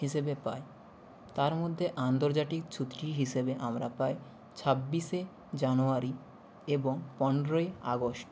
হিসেবে পাই তার মধ্যে আন্তর্জাতিক ছুটি হিসেবে আমরা পাই ছাব্বিশে জানুয়ারি এবং পনেরোই আগস্ট